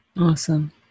Awesome